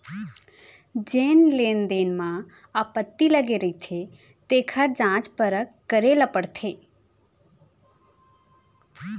जेन लेन देन म आपत्ति लगे रहिथे तेखर जांच परख करे ल परथे